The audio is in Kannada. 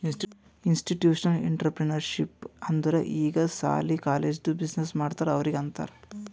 ಇನ್ಸ್ಟಿಟ್ಯೂಷನಲ್ ಇಂಟ್ರಪ್ರಿನರ್ಶಿಪ್ ಅಂದುರ್ ಈಗ ಸಾಲಿ, ಕಾಲೇಜ್ದು ಬಿಸಿನ್ನೆಸ್ ಮಾಡ್ತಾರ ಅವ್ರಿಗ ಅಂತಾರ್